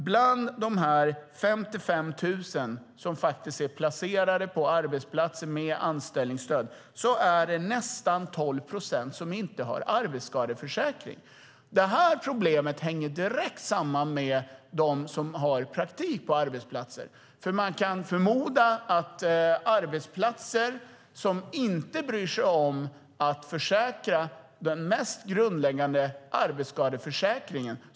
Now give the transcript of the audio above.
Bland de 55 000 som är placerade på arbetsplatser med anställningsstöd är det nästan 12 procent som inte har arbetsskadeförsäkring. Detta problem hänger direkt samman med dem som har praktik på arbetsplatser. Det finns alltså arbetsplatser som inte bryr sig om att försäkra genom den mest grundläggande arbetsskadeförsäkringen.